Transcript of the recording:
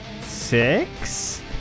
six